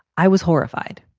i was horrified,